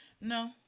No